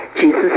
Jesus